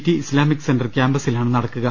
T Islamic centre ക്യാമ്പസിലാണ് നടക്കുക